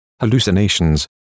hallucinations